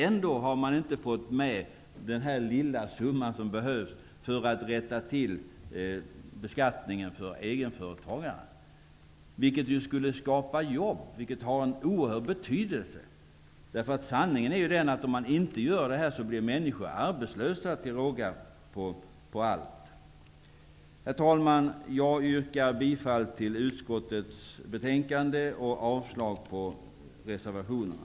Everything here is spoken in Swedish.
Ändå har man inte fått med den lilla summa som behövs för att komma till rätta med beskattningen för egenföretagarna. Därmed skulle jobb skapas, och det har oerhört stor betydelse. Sanningen är ju den att om detta inte görs blir människor arbetslösa till råga på allt annat elände. Herr talman! Jag yrkar bifall till utskottets hemställan i betänkandet och avslag på reservationerna.